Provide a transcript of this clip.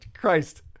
Christ